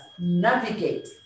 navigate